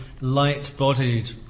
light-bodied